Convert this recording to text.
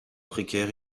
précaire